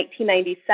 1997